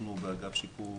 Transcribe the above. אנחנו באגף שיקום